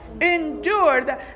Endured